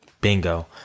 bingo